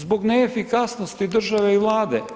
Zbog neefikasnosti države i Vlade.